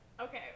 Okay